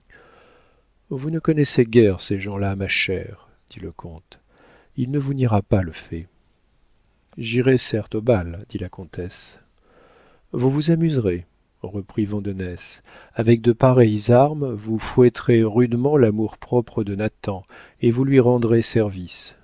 vous ne connaissez guère ces gens-là ma chère dit le comte il ne vous niera pas le fait j'irai certes au bal dit la comtesse vous vous amuserez reprit vandenesse avec de pareilles armes vous fouetterez rudement l'amour-propre de nathan et vous lui rendrez service